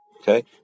Okay